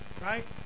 right